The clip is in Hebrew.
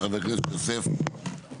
של חבר הכנסת יוסף טייב.